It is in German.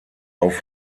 auf